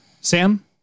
Sam